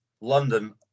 London